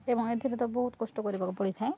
ଏବଂ ଏଥିରେ ତ ବହୁତ କଷ୍ଟ କରିବାକୁ ପଡ଼ିଥାଏ